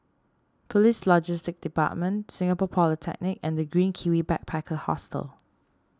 Police Logistics Department Singapore Polytechnic and the Green Kiwi Backpacker Hostel